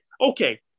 Okay